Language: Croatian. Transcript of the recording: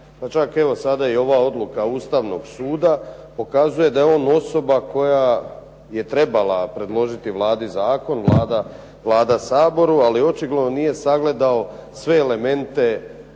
čak evo sada i ova odluka Ustavnog suda pokazuje da je on osoba koja je trebala predložiti Vladi zakon, Vlada Saboru ali očigledno nije sagledao sve elemente